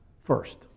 first